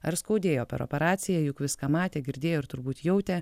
ar skaudėjo per operaciją juk viską matė girdėjo ir turbūt jautė